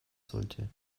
sollte